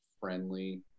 friendly